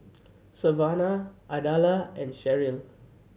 Savanna Ardella and Sheryl